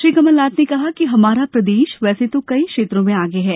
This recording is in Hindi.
श्री कमलनाथ ने कहा कि हमारा प्रदेश वैसे तो कई क्षेत्रों में आगे है